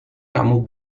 kamu